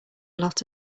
lot